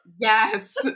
yes